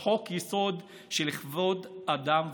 את חוק-יסוד: כבוד האדם וחירותו,